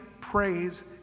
praise